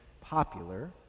popular